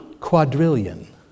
quadrillion